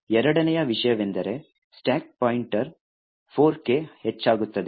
ಎರಡನೆಯ ವಿಷಯವೆಂದರೆ stack pointer 4 ಕೆ ಹೆಚ್ಚಾಗುತ್ತದೆ